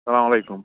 السلام علیکُم